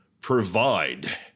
provide